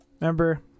Remember